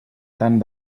tant